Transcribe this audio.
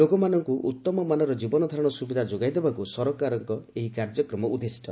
ଲୋକଙ୍କୁ ଉତ୍ତମମାନର ଜୀବନଧାରଣା ସୁବିଧା ଯୋଗାଇ ଦେବାକୁ ସରକାରଙ୍କ ଏହି କାର୍ଯ୍ୟକ୍ରମ ଉଦ୍ଦିଷ୍ଟ